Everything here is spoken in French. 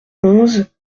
onze